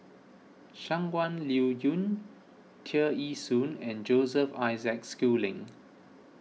Shangguan Liuyun Tear Ee Soon and Joseph Isaac Schooling